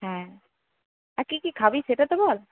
হ্যাঁ আর কি কি খাবি সেটা তো বল